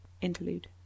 Interlude